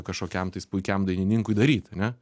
kažkokiam tais puikiam dainininkui daryt ane